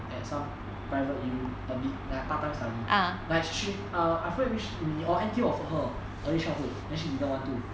at some private U a bit like part time study like she she err I hear which N_T_U offer for her early childhood then she didn't want to